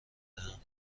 دهم